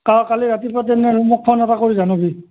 অঁ কালি ৰাতিপুৱা তেনেহ'লে মোক ফোন এটা কৰি জনাবি